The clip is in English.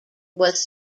was